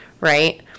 right